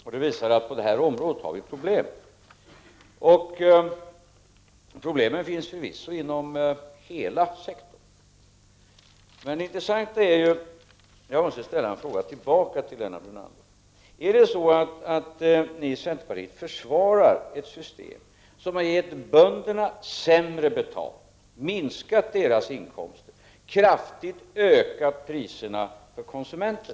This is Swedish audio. Detta visar att vi på detta område har ett problem, och problemen finns förvisso inom hela sektorn. Jag måste få ställa en fråga tillbaka till Lennart Brunander. Försvarar ni i centerpartiet ett system som har gett bönderna sämre betalt, minskat deras inkomster och kraftigt ökat priserna för konsumenten?